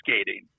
skating